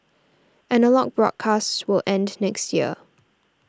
analogue broadcasts will end next year